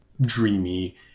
dreamy